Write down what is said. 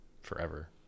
forever